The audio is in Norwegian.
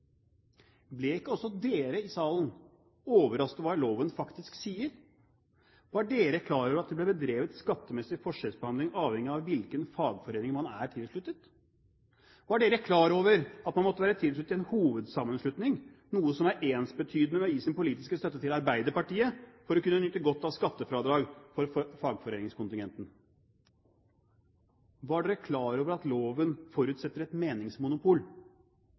Ble ikke også dere i salen overrasket over hva loven faktisk sier? Var dere klar over at det ble bedrevet skattemessig forskjellsbehandling avhengig av hvilken fagforening man er tilsluttet? Var dere klar over at man måtte være tilknyttet en hovedsammenslutning, noe som er ensbetydende med å gi sin politiske støtte til Arbeiderpartiet, for å kunne nyte godt av skattefradrag for fagforeningskontingenten? Var dere klar over at loven forutsetter et meningsmonopol?